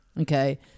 Okay